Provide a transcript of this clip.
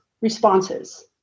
responses